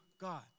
God